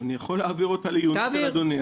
אני יכול להעביר אותה לעיונו של אדוני,